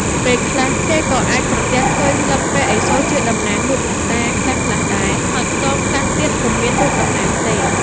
ពេលខ្លះគេក៏អាចប្រទះឃើញលិង្គព្រះឥសូរជាតំណាងរូបអ្នកតាខ្លះៗដែរ ហើយខ្ទមខ្លះទៀតពុំមានរូបតំណាងទេ។